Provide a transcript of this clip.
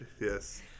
Yes